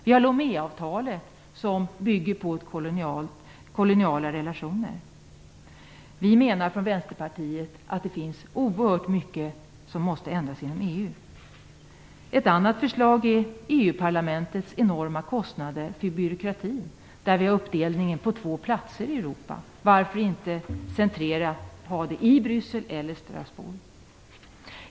Vi har Loméavtalet, som bygger på koloniala relationer. Vi i Vänsterpartiet menar att det finns oerhört mycket som måste ändras inom EU. Ett förslag gäller EU-parlamentets enorma kostnader för byråkratin på grund av att den är uppdelad på två platser i Europa. Varför inte ha det antingen i Bryssel eller i Strasbourg?